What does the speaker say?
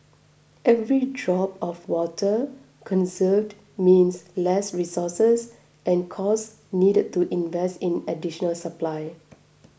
every drop of water conserved means less resources and costs needed to invest in additional supply